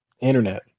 Internet